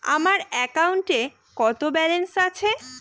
আমার অ্যাকাউন্টে কত ব্যালেন্স আছে?